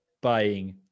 buying